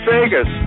Vegas